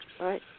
Right